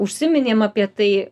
užsiminėm apie tai